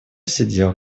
сидел